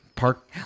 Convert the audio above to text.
park